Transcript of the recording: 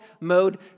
mode